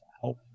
help